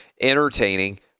entertaining